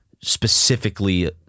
specifically